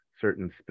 certain